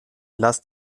lass